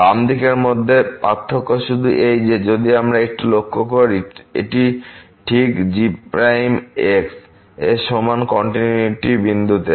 বাম দিকের মধ্যে পার্থক্য শুধু এই যে যদি আমরা একটু লক্ষ্য করি এটি ঠিকg এর সমান কন্টিনিউয়িটি বিন্দুতে